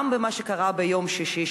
גם במה שקרה ביום שישי,